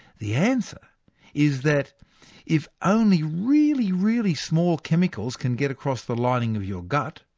the answer is that if only really, really small chemicals can get across the lining of your gut,